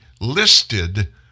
listed